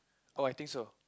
oh I think so